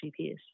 GPs